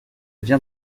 viens